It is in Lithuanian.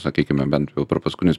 sakykime bent jau per paskutinius